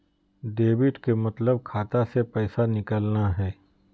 debit के मतलब खाता से पैसा निकलना हय